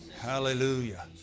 Hallelujah